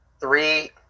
Three